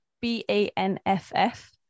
B-A-N-F-F